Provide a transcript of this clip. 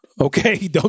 okay